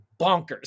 bonkers